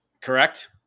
Correct